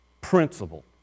principle